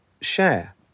share